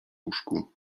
łóżku